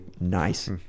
nice